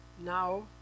now